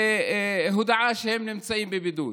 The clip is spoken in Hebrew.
והודעה שהם נמצאים בבידוד.